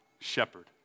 shepherd